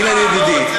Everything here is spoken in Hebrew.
אילן, ידידי,